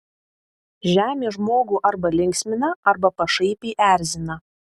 žemė žmogų arba linksmina arba pašaipiai erzina